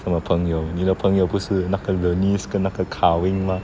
什么朋友你的朋友不是那个 bernice 跟那个 kar wing mah